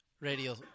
radio